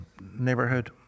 neighborhood